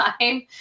time